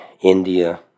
India